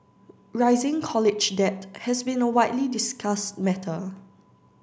rising college debt has been a widely discussed matter